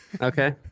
Okay